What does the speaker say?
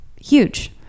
huge